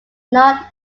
not